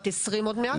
בת 20 עוד מעט,